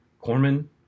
Corman